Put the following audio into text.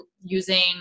using